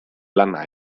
lana